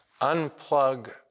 Unplug